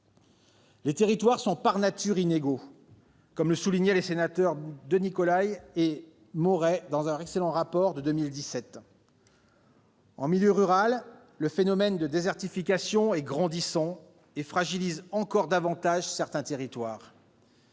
Les territoires sont par nature inégaux, comme le soulignaient nos collègues sénateurs Louis-Jean de Nicolaÿ et Hervé Maurey dans leur excellent rapport de 2017. En milieu rural, le phénomène de désertification est grandissant et fragilise encore davantage certains territoires